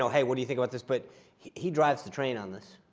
hey what do you think about this? but he he drives the train on this.